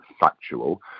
factual